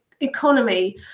economy